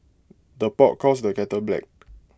the pot calls the kettle black